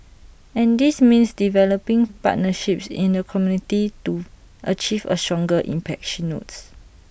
and this means developing partnerships in the community to achieve A stronger impact she notes